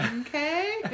Okay